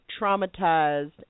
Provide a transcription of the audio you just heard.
traumatized